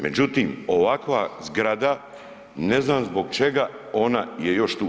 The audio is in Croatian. Međutim, ovakva zgrada, ne znam zbog čega ona je još tu.